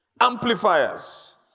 amplifiers